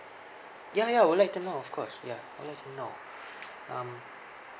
ya ya I would like to know of course ya I would like to know um